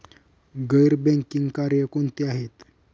गैर बँकिंग कार्य कोणती आहेत?